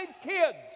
kids